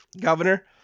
governor